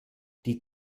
die